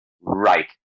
right